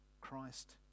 christ